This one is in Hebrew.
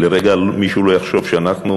שלרגע מישהו לא יחשוב שאנחנו